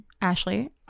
Ashley